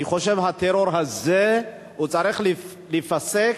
אני חושב שהטרור הזה צריך להיפסק.